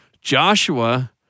Joshua